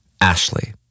Ashley